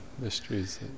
mysteries